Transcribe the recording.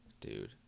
Dude